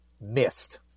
Missed